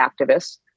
activists